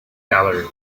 gallery